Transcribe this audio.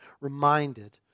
reminded